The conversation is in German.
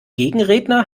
gegenredner